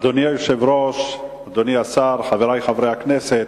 אדוני היושב-ראש, אדוני השר, חברי חברי הכנסת,